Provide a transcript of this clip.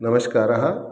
नमस्कारः